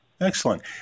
excellent